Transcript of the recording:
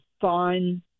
fine